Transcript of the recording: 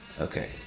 Okay